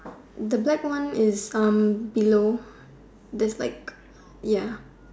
the black one is below there's like ya